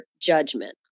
judgment